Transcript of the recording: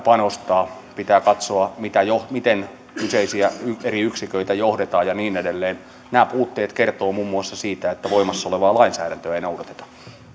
panostaa pitää katsoa miten kyseisiä eri yksiköitä johdetaan ja niin edelleen nämä puutteet kertovat muun muassa siitä että voimassa olevaa lainsäädäntöä ei noudateta